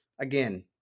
Again